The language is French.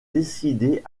décidée